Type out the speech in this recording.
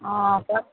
অঁ